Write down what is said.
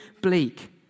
bleak